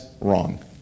wrong